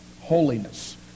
holiness